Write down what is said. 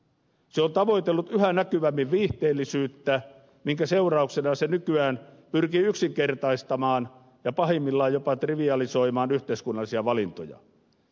se on tavoitellut yhä näkyvämmin viihteellisyyttä minkä seurauksena se nykyään pyrkii yksinkertaistamaan ja pahimmillaan jopa trivialisoimaan yhteiskunnallisia valintoja